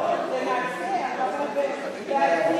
לא, לנצח, אבל בעתיד.